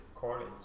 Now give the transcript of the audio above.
college